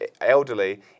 elderly